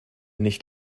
nicht